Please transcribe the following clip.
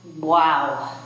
Wow